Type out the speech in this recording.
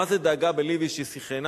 מה זה: דאגה בלב איש ישיחנה?